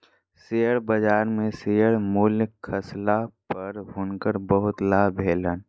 share बजार में share मूल्य खसला पर हुनकर बहुत लाभ भेलैन